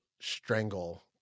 strangle